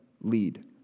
lead